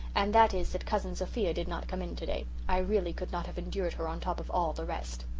and that is that cousin sophia did not come in today. i really could not have endured her on top of all the rest.